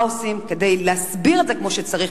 מה עושים כדי להסביר את זה כמו שצריך,